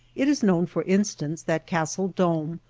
it is known, for instance, that castle dome,